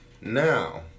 Now